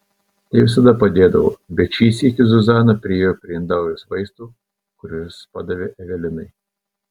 tai visada padėdavo bet šį sykį zuzana priėjo prie indaujos vaistų kuriuos padavė evelinai